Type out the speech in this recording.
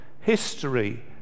History